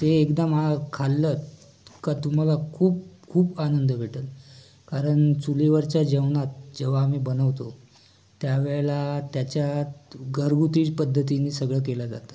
ते एकदा मा खाल्लं का तुम्हाला खूप खूप आनंद भेटेल कारण चुलीवरच्या जेवणात जेव्हा आम्ही बनवतो त्या वेळेला त्याच्यात घरगुती पद्दतीने सगळं केलं जातं